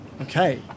okay